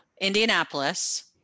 Indianapolis